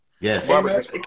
Yes